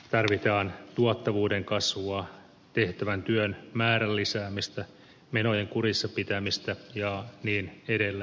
tarvitaan tuottavuuden kasvua tehtävän työn määrän lisäämistä menojen kurissa pitämistä ja niin edelleen